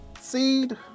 seed